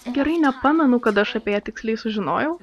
gerai nepamenu kada aš apie tiksliai sužinojau